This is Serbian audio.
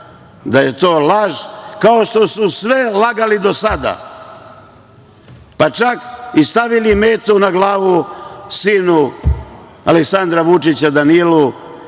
da je to laž, kao što su sve lagali do sada, pa čak i stavili metu na glavu sinu Aleksandra Vučića, Danilu,